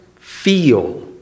feel